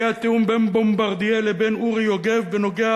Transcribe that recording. היה תיאום בין "בומברדיה" לבין אורי יוגב בנוגע